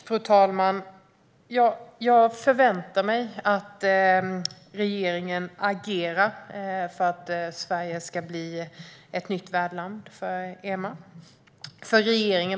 Fru talman! Jag förväntar mig att regeringen agerar för att Sverige ska bli ett nytt värdland för EMA.